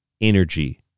energy